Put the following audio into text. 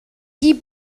die